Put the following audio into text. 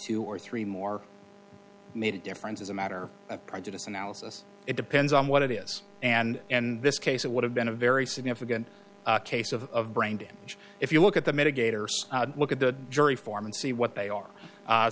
two or three more made a difference is a matter of prejudice analysis it depends on what it is and and this case it would have been a very significant case of brain damage if you look at the mitigators look at the jury foreman see what they are